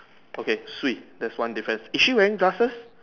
okay Swee that's one difference is she wearing glasses